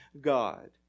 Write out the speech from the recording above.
God